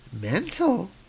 Mental